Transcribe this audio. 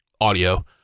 audio